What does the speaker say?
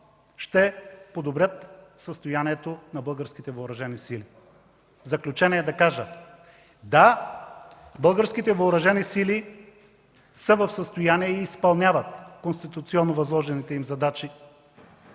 ще подобрят състоянието на българските Въоръжени сили. В заключение да кажа: да, българските въоръжени сили са в състояние и изпълняват конституционно възложените им задачи